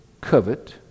covet